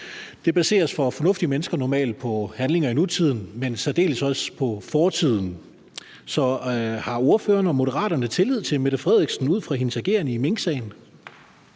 baseres for fornuftige mennesker normalt på handlinger i nutiden, men i særdeleshed også på fortiden. Så har ordføreren og Moderaterne tillid til Mette Frederiksen ud fra hendes ageren i minksagen?